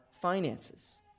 finances